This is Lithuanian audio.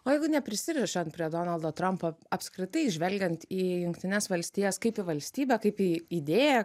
o jeigu neprisirišant prie donaldo trampo apskritai žvelgiant į jungtines valstijas kaip į valstybę kaip į į idėją